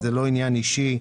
זה לא עניין אישי,